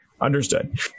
understood